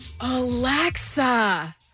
Alexa